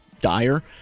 dire